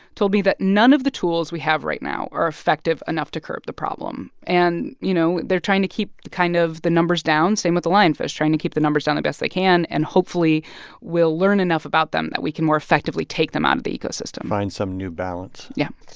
told me that none of the tools we have right now are effective enough to curb the problem and, you know, they're trying to keep, kind of, the numbers down same with the lionfish, trying to keep the numbers down the best they can. and hopefully we'll learn enough about them that we can more effectively take them out of the ecosystem find some new balance yeah.